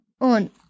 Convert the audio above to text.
on